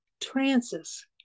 trances